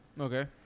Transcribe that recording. okay